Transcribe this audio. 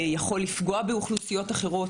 יכול לפגוע באוכלוסיות אחרות,